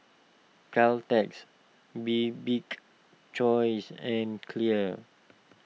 Caltex Bibik's Choice and Clear